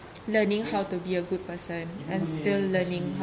learning how to be a good person and still learning